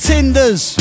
Tinders